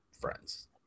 friends